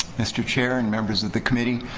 mr. chair and members of the committee.